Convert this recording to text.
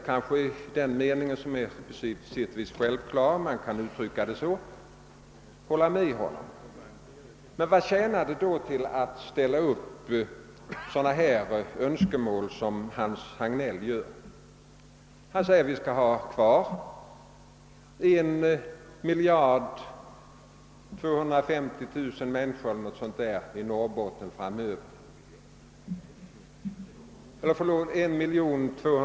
Jag kan hålla med honom om att man kan uttrycka det så. Men vad tjänar det då till att framställa sådana önskemål som herr Hagnell gör? Han säger att vi skall ha kvar 1250 000 människor i Norrbotten framöver.